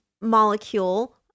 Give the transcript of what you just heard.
molecule